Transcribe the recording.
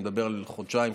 אני מדבר על חודשיים-שלושה,